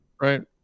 Right